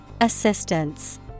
Assistance